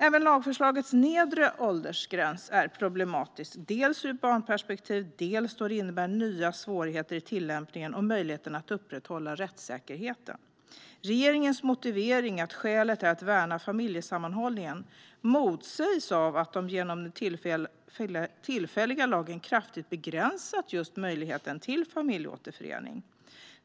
Även lagförslagets nedre åldersgräns är problematisk, dels ur ett barnperspektiv, dels då det innebär nya svårigheter i tillämpningen och möjligheten att upprätthålla rättssäkerheten. Regeringens motivering att värna familjesammanhållningen motsägs av att man genom den tillfälliga lagen kraftigt begränsat just möjligheten till familjeåterförening.